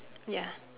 ya